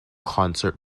concert